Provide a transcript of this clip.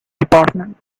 department